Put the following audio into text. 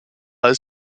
als